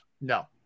No